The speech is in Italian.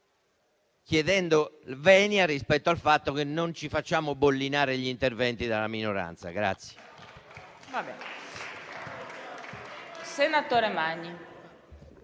chiedendo venia rispetto al fatto che non ci facciamo bollinare gli interventi dalla minoranza.